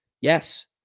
Yes